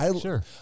sure